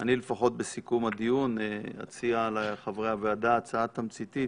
ואני לפחות בסיכום הדיון אציע לחברי הוועדה הצעה תמציתית